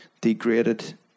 degraded